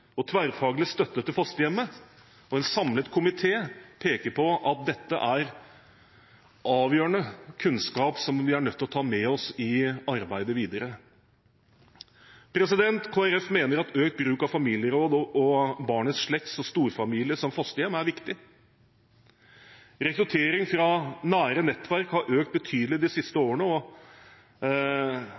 og tverrfaglig støtte til fosterhjemmet, og en samlet komité peker på at dette er avgjørende kunnskap som vi er nødt til å ta med oss i arbeidet videre. Kristelig Folkeparti mener at økt bruk av familieråd og barnets slekt og storfamilie som fosterhjem er viktig. Rekruttering fra nære nettverk har økt betydelig de siste årene, og